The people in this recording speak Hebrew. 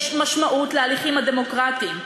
יש משמעות להליכים הדמוקרטיים.